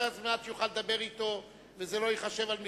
מחוץ-לארץ על מנת שיוכל לדבר אתו וזה לא ייחשב על מכסתו.